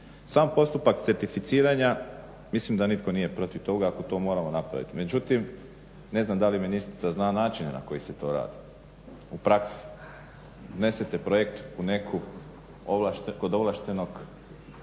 Sam postupak certificiranja mislim da nitko nije protiv toga ako to moramo napraviti, međutim ne znam da li ministrica zna načine na koji se to rade u praksi. Donesete projekt kod ovlaštenog